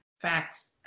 Facts